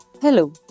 Hello